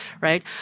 right